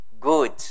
Good